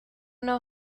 know